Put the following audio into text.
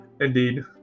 Indeed